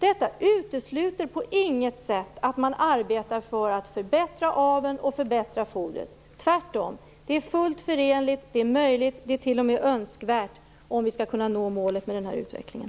Detta utesluter på inget sätt att man arbetar för att förbättra aveln och förbättra fodret - tvärtom. Det är fullt förenligt, det är möjligt och det är t.o.m. önskvärt om vi skall kunna nå målet med den här utvecklingen.